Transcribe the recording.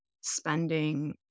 spending